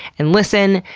and listen,